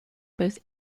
both